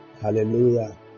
Hallelujah